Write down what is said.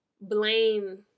blame